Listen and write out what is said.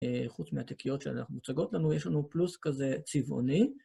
חוץ מהתיקיות שמוצגות לנו, יש לנו פלוס כזה צבעוני.